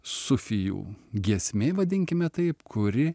sufijų giesmė vadinkime taip kuri